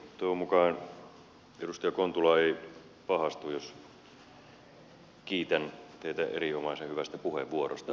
toivon mukaan edustaja kontula ei pahastu jos kiitän teitä erinomaisen hyvästä puheenvuorosta